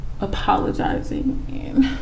apologizing